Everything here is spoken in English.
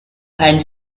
hand